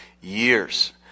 years